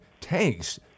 tanks